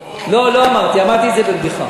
לא, לא אמרתי, אמרתי את זה בבדיחה.